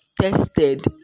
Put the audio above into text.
tested